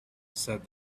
said